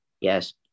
Yes